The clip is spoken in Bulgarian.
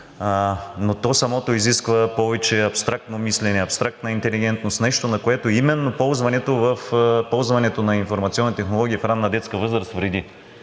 Но то самото изисква повече абстрактно мислене, абстрактна интелигентност – нещо, на което именно ползването на информационни технологии в ранна детска възраст вреди.